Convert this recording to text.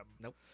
nope